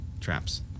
traps